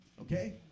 Okay